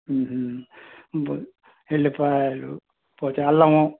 పో వెల్లుల్లిపాయలు పోతే అల్లము